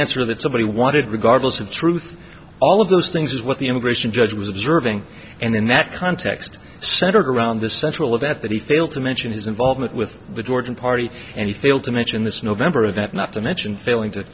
answer that somebody wanted regardless of truth all of those things is what the immigration judge was observing and in that context centered around the central of at that he failed to mention his involvement with the georgian party any field to mention this november of that not to mention failing to